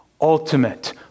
ultimate